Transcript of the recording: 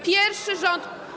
Pierwszy rząd.